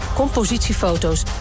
compositiefoto's